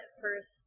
first